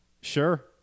sure